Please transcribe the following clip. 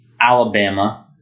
Alabama